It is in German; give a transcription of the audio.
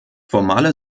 formale